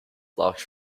blocked